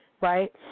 right